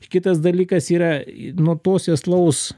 kitas dalykas yra nuo to sėslaus